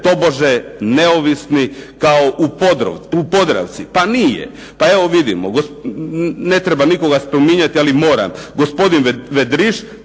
tobože neovisni kao u Podravci, pa nije, pa evo vidimo ne treba nikoga spominjati ali moram,